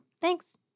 Thanks